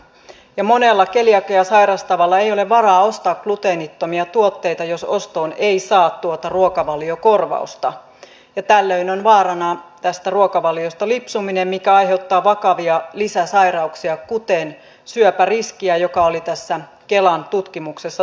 monella keliakiaa sairastavalla ei ole varaa ostaa gluteenittomia tuotteita jos ostoon ei saa tuota ruokavaliokorvausta ja tällöin on vaarana tästä ruokavaliosta lipsuminen mikä aiheuttaa vakavia lisäsairauksia kuten syöpäriskiä joka oli tässä kelan tutkimuksessa todennettu